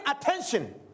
attention